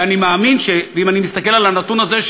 ואם אני מסתכל על הנתון הזה,